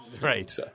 Right